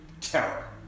terror